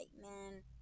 man